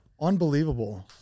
Unbelievable